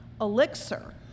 elixir